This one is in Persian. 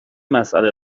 مساله